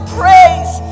praise